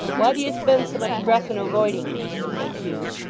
why do you spend so much breath in avoiding me said hugh,